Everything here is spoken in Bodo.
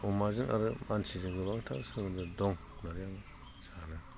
अमाजों आरो मानसिजों गोबांथार सोमोन्दो दं होननानै आं सानो